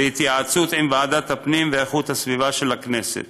בהתייעצות עם ועדת הפנים והגנת הסביבה של הכנסת.